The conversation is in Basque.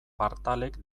partalek